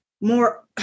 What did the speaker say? more